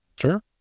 Sure